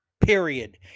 Period